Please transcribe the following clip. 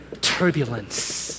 turbulence